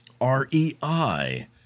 REI